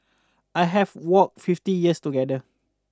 I have walked fifty years together